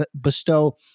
bestow